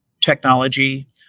technology